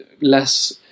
less